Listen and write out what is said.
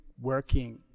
working